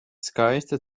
skaista